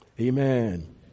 Amen